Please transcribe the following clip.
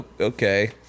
okay